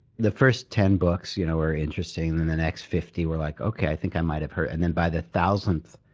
the first ten books you know were interesting, and then the next fifty were like, okay, i think i might have heard it. and then by the thousandth,